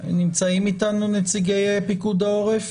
נמצאים איתנו נציגי פיקוד העורף?